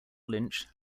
lynch